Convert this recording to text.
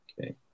Okay